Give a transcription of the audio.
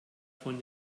von